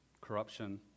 corruption